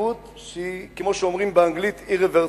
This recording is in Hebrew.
לכמות שהיא כמו שאומרים באנגלית irreversible,